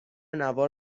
نوار